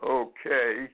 okay